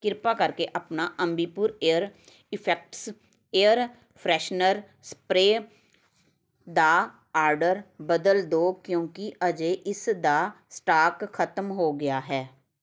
ਕਿਰਪਾ ਕਰਕੇ ਆਪਣਾ Ambi Pur air effects air freshener spray ਦਾ ਆਡਰ ਬਦਲ ਦਿਓ ਕਿਉਂਕਿ ਅਜੇ ਇਸ ਦਾ ਸਟਾਕ ਖ਼ਤਮ ਹੋ ਗਿਆ ਹੈ